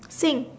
think